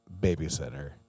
babysitter